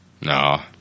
No